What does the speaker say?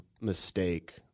mistake